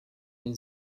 been